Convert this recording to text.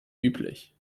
üblich